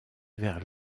vers